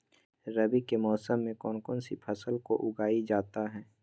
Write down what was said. रवि के मौसम में कौन कौन सी फसल को उगाई जाता है?